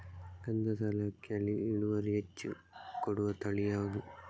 ಗಂಧಸಾಲೆ ಅಕ್ಕಿಯಲ್ಲಿ ಇಳುವರಿ ಹೆಚ್ಚು ಕೊಡುವ ತಳಿ ಯಾವುದು?